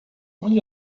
onde